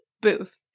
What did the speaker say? booth